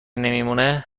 نمیمونه